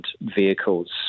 vehicles